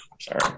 Sorry